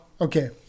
okay